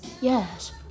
yes